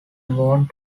want